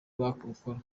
rukora